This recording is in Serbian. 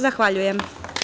Zahvaljujem.